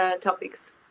topics